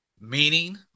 meaning